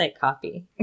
copy